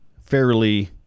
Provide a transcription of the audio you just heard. fairly